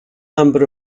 number